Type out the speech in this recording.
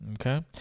okay